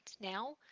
now